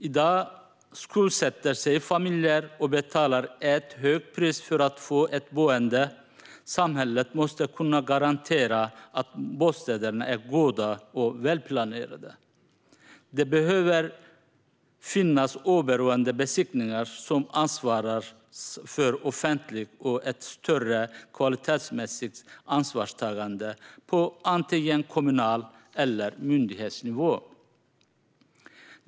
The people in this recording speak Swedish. I dag skuldsätter sig familjer och betalar ett högt pris för att få ett boende, och samhället måste kunna garantera att bostäderna är goda och välplanerade. Det behöver finnas oberoende besiktningar som det ansvaras för offentligt och ett större kvalitetsmässigt ansvarstagande på antingen kommunal nivå eller myndighetsnivå.